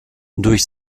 durch